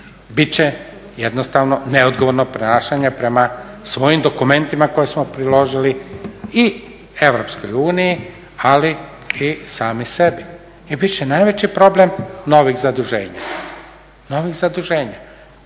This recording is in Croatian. će jednostavno neodgovorno ponašanje prema svojim dokumentima koje smo priložili i EU ali i sami sebi i bit će najveći problem novih zaduženja,